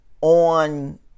on